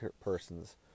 persons